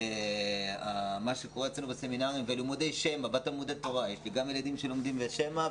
יש לי גם ילדים שלומדים בשמע,